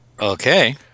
Okay